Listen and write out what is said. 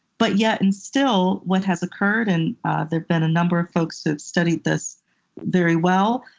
but yet and still what has occurred, and there've been a number of folks who've studied this very well,